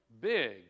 big